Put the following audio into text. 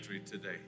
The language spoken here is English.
today